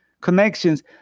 connections